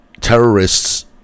terrorists